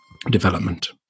development